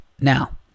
Now